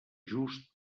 just